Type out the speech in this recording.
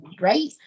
right